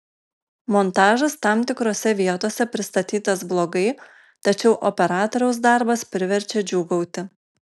montažas tam tikrose vietose pristatytas blogai tačiau operatoriaus darbas priverčia džiūgauti